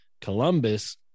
Columbus